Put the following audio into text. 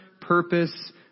purpose